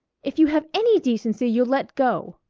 if you have any decency you'll let go.